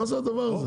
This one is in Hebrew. מה זה הדבר הזה?